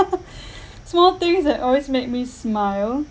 small things that always make me smile